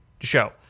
show